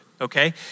okay